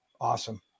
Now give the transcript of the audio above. awesome